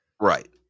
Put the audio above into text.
Right